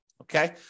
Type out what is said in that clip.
Okay